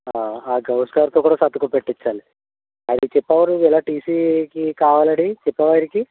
ఆ గౌస్గారుతో కూడ సంతకం పెట్టిచ్చాలి అది చెప్పావా నువ్వు ఇది టీసీకి కావాలని చెప్పావా ఆయనకి